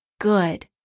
good